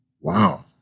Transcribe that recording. Wow